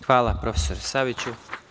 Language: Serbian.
Hvala, prof. Saviću.